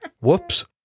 Whoops